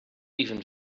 even